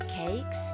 cakes